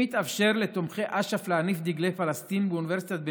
אם מתאפשר לתומכי אש"ף להניף דגלי פלסטין באוניברסיטת בן-גוריון,